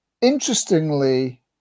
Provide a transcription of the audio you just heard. Interestingly